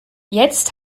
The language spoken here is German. jetzt